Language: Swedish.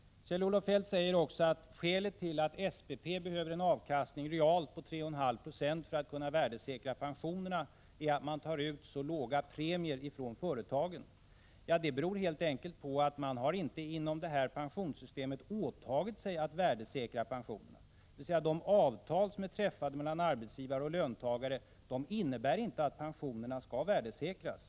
Kjell-Olof Feldt säger också att skälet till att SPP behöver en avkastning realt på 3,5 26 för att kunna värdesäkra pensionerna är att man tar ut så låga premier från företagen. Ja, det beror helt enkelt på att man inom det här pensionssystemet inte har åtagit sig att värdesäkra pensionerna, dvs. de avtal som är träffade mellan arbetsgivare och löntagare innebär inte att pensionerna skall värdesäkras.